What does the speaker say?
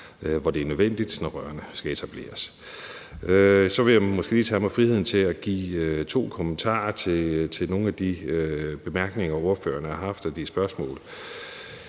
hvor det er nødvendigt, når rørene skal etableres. Så vil jeg måske lige tage mig friheden til at komme med to kommentarer til nogle af de bemærkninger, ordførerne har haft, og de spørgsmål,